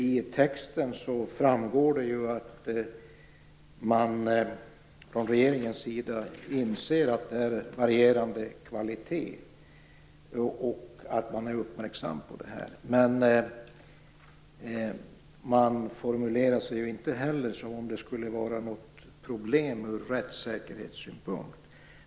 I texten framgår det ju att regeringen inser att det är varierande kvalitet, och att man är uppmärksam på det här. Men man formulerar sig inte som om detta skulle vara ett problem ur rättssäkerhetssynpunkt.